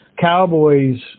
cowboys